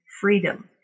freedom